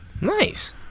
nice